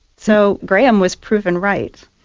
so graham was proven right.